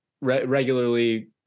regularly